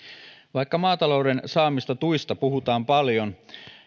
vaikka maatalouden saamista tuista puhutaan paljon